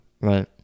Right